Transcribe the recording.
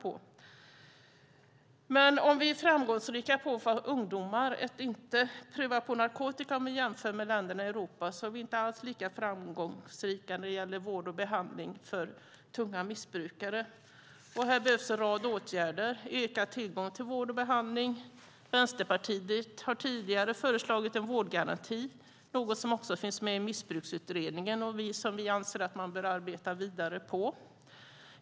Om vi är framgångsrika när det gäller att få ungdomar att inte pröva narkotika jämfört med andra länder i Europa är vi inte alls lika framgångsrika när det gäller vård och behandling av tunga missbrukare. Här behövs en rad åtgärder och ökad tillgång till vård och behandling. Vänsterpartiet har tidigare föreslagit en vårdgaranti. Det är något som också finns med i Missbruksutredningen. Vi anser att man bör arbeta vidare med det.